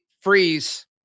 freeze